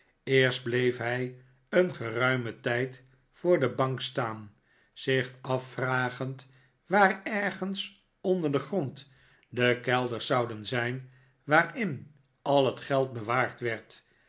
eerst bleef hij een geruimen tijd voor de bank staan zich afvragend waar ergens onder den grond de kelders zouden zijn waarin al het geld bewaard werd